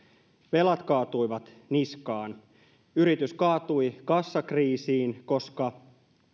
velat kaatuivat niskaan yritys kaatui kassakriisiin koska